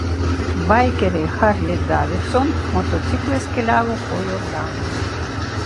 baikeriai harley davidson motociklais keliavo po jordaniją